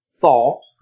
thought